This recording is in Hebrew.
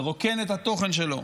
לרוקן את התוכן שלו,